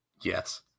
Yes